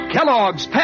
Kellogg's